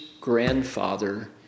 grandfather